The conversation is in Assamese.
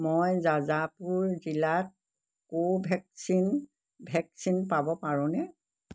মই জাজাপুৰ জিলাত কোভেক্সিন ভেকচিন পাব পাৰোঁনে